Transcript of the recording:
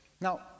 Now